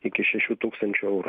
iki šešių tūkstančių eurų